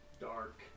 dark